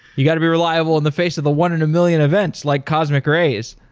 you got to be reliable in the face of the one in a million events, like cosmic rays.